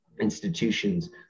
institutions